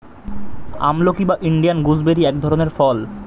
আমলকি বা Indian gooseberry এক ধরনের ফল